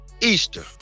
Easter